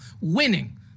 winning